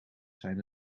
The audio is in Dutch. zijn